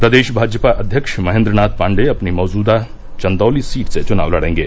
प्रदेश भाजपा अध्यक्ष महेन्द्रनाथ पाण्डेय अपनी मौजूदा चंदौली सीट से चुनाव लड़ेंगे